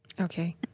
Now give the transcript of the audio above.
Okay